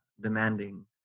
demanding